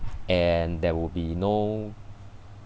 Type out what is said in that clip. and there will be no